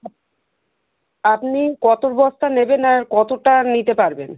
আপনি কত বস্তা নেবেন আর কতটা নিতে পারবেন